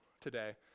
today